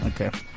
Okay